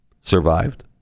survived